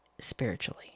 spiritually